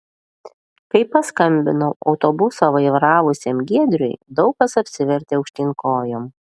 kai paskambinau autobusą vairavusiam giedriui daug kas apsivertė aukštyn kojom